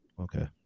Okay